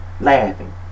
laughing